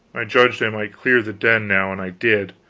i judged i might clear the den, now, and i did